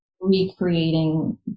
recreating